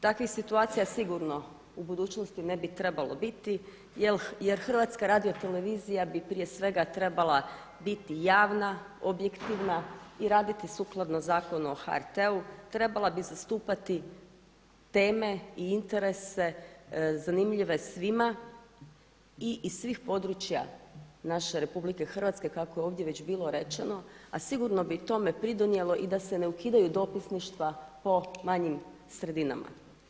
Takvih situacija sigurno u budućnosti ne bi trebalo biti jer Hrvatska radiotelevizija bi prije svega trebala biti javna, objektivna i raditi sukladno Zakonu o HRT-u, trebala bi zastupati teme i interese zanimljive svima i iz svih područja naše RH kako je ovdje već bilo rečeno, a sigurno bi tome pridonijelo i da se ne ukidaju dopisništva po manjim sredinama.